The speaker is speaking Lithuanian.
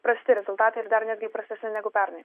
prasti rezultatai ir dar netgi prastesni negu pernai